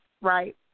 right